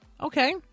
Okay